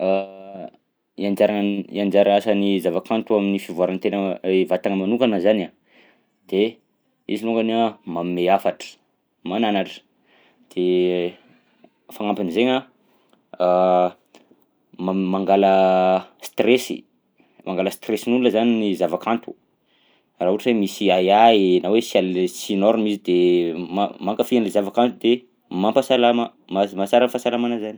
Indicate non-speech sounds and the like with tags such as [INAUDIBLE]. [HESITATION] I anjaran- i anjara asan'ny zavakanto amin'ny fivoaran'ny tena i vatana manokana zany a de izy alongany a manome hafatra mananatra de fagnampin'zainy a [HESITATION] ma- mangala stressy mangala stressin'olona zany ny zavakanto raha ohatra hoe misy ahiahy na hoe sy an'le sy norma izy de ma- mankafy an'le zavakanto de mampasalamana mas- mahasara fahasalamana zany.